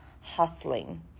hustling